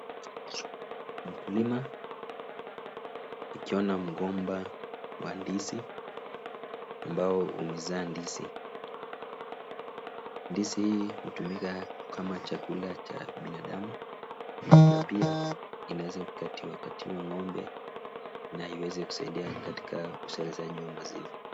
Mkulima akiwa na mgomba wa ndizi, ambao umezaa ndizi. Ndizi hutumika kama chakula cha binadamu, na pia inaweza katiwa katiwa ng'ombe na iweze kusaidia katika uzalishaji wa maziwa.